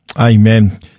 Amen